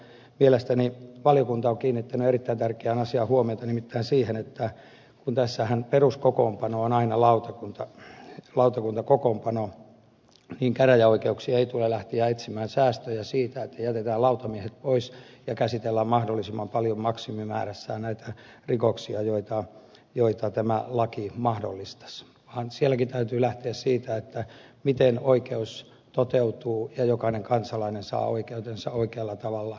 mielestäni valiokunta on kiinnittänyt erittäin tärkeään asiaan huomiota nimittäin siihen että kun tässähän peruskokoonpano on aina lautakuntakokoonpano niin käräjäoikeuksien ei tule lähteä etsimään säästöjä siitä että jätetään lautamiehet pois ja käsitellään mahdollisimman paljon maksimimäärässään näitä rikoksia joita tämä laki mahdollistaisi vaan sielläkin täytyy lähteä siitä miten oikeus toteutuu ja jokainen kansalainen saa oikeutensa oikealla tavalla